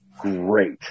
great